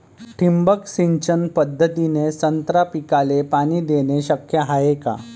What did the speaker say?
ठिबक सिंचन पद्धतीने संत्रा पिकाले पाणी देणे शक्य हाये का?